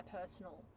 personal